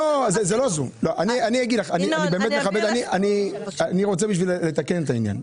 אני רוצה לתקן את העניין.